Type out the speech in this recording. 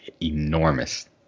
enormous